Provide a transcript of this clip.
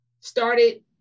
started